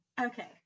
Okay